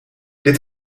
dit